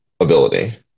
ability